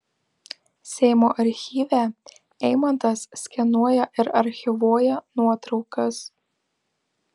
seimo archyve eimantas skenuoja ir archyvuoja nuotraukas